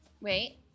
Wait